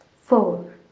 four